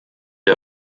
der